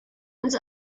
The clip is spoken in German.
uns